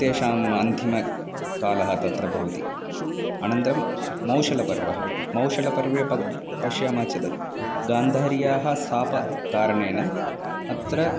तेषां अन्तिमकालः तत्र भवति अनन्तरं मौसलपर्व मौसलपर्वे प पश्यामः चेत् गान्धार्याः शापकारणेन अत्र